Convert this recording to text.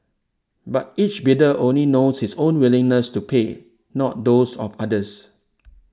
but each bidder only knows his own willingness to pay not those of others